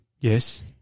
Yes